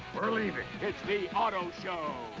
we're leaving. it's the otto show!